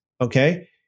okay